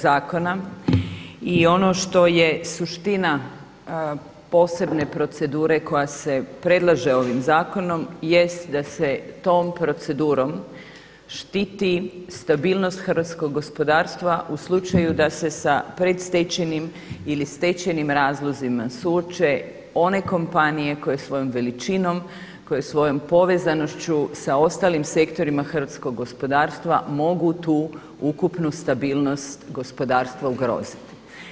zakona i ono što se suština posebne procedure koja se predlaže ovim zakonom jest da se tom procedurom štiti stabilnost hrvatskog gospodarstva u slučaju da se sa predstečajnim ili stečajnim razlozima suoče one kompanije koje svojom veličinom, koje svojom povezanošću sa ostalim sektorima hrvatskog gospodarstva mogu tu ukupnu stabilnost gospodarstva ugroziti.